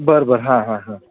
बरं बरं हां हां हां